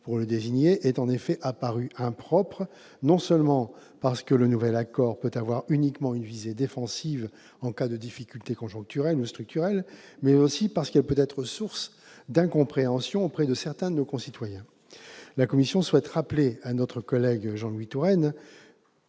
pour le désigner, est en effet apparue impropre, non seulement parce que le nouvel accord peut avoir uniquement une visée défensive en cas de difficultés conjoncturelles ou structurelles, mais aussi parce qu'elle peut être source d'incompréhension chez certains de nos concitoyens. Je souhaite en outre rappeler à notre collègue Jean-Louis Tourenne